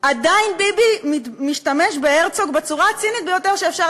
עדיין ביבי משתמש בהרצוג בצורה הצינית ביותר שאפשר